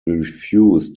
refused